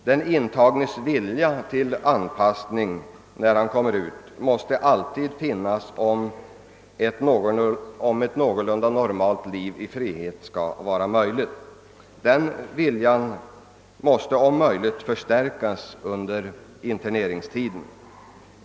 Den intagnes vilja till återanpassning när han kommer ut måste alltid finnas om ett någorlunda normalt liv i frihet skall bli möjligt. Den viljan bör om möjligt förstärkas under interneringstiden.